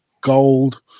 gold